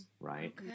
right